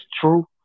true